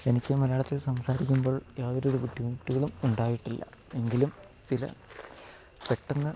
എനിക്കും മലയാളത്തിൽ സംസാരിക്കുമ്പോൾ യാതൊരു ബുദ്ധിമുട്ടുകളും ഉണ്ടായിട്ടില്ല എങ്കിലും ചില പെട്ടെന്ന്